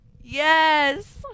Yes